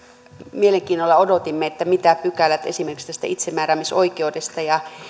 mielenkiinnolla odotimme mitä pykälät esimerkiksi tästä itsemääräämisoikeudesta ja